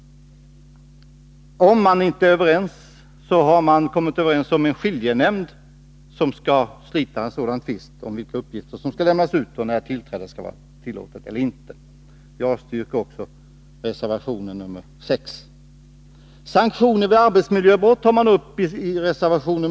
Man har också kommit överens om att tvister som uppstår skall slitas av en skiljenämnd. Jag avstyrker också reservation 6. Sanktioner vid arbetsmiljöbrott tar man uppi reservation 7.